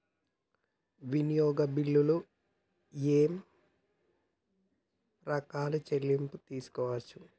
వినియోగ బిల్లులు ఏమేం రకాల చెల్లింపులు తీసుకోవచ్చు?